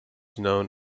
known